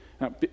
Now